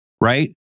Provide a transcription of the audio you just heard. right